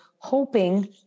Hoping